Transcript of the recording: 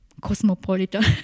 cosmopolitan